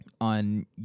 on